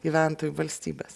gyventojų valstybės